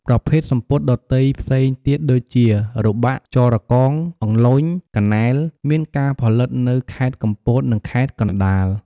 ប្រភេទសំពត់ដ៏ទៃផ្សេងទៀតដូចជា របាក់ ចរកង អន្លូញ កានែល មានការផលិតនៅ ខេត្តកំពត និងខេត្តកណ្តាល។